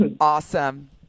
Awesome